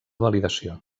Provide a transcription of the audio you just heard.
validació